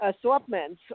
assortments